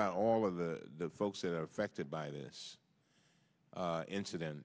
about all of the folks in affected by this incident